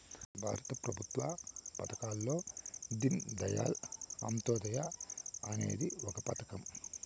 భారత ప్రభుత్వ పథకాల్లో దీన్ దయాళ్ అంత్యోదయ అనేది ఒక పథకం